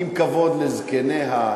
עם כבוד לזקניה,